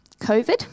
COVID